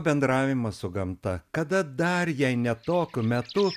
bendravimas su gamta kada dar jei ne tokiu metu